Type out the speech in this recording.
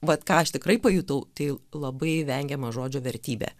vat ką aš tikrai pajutau tai labai vengiama žodžio vertybė